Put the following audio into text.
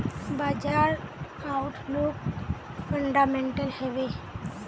बाजार outlook fundamental हैवै?